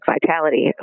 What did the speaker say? vitality